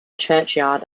churchyard